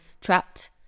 trapped